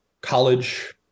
college